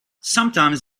sometimes